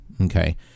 Okay